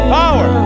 power